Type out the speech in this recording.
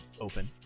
open